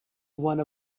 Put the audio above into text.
one